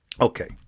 Okay